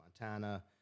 Montana